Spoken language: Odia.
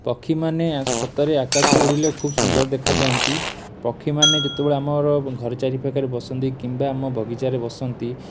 ପକ୍ଷୀମାନେ ସତରେ ଆକାଶରେ ଉଡ଼ିଲେ ଖୁବ୍ ସୁନ୍ଦର ଦେଖାଯାଆନ୍ତି ପକ୍ଷୀମାନେ ଯେତେବେଳେ ଆମର ଘର ଚାରିପାଖରେ ବସନ୍ତି କିମ୍ବା ଆମ ବଗିଚାରେ ବସନ୍ତି